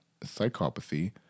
psychopathy